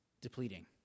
depleting